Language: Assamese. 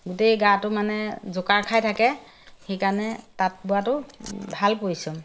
গোটেই গাটো মানে জোকাৰ খাই থাকে সেইকাৰণে তাঁত বোৱাটো ভাল পৰিশ্ৰম